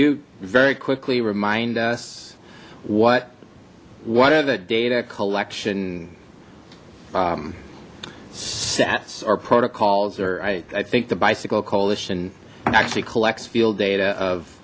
you very quickly remind us what what are the data collection sets or protocols or i think the bicycle coalition actually collects field data of